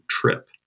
trip